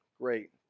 Great